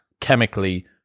chemically